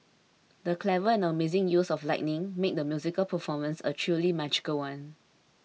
the clever and amazing use of lighting made the musical performance a truly magical one